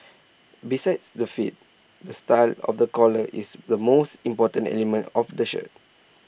besides the fit the style of the collar is the most important element of A shirt